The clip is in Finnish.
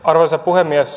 arvoisa puhemies